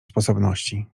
sposobności